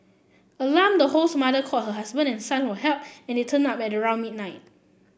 alarmed the host's mother called her husband and son for help and they turned up at around midnight